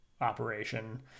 operation